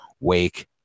Wake